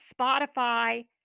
Spotify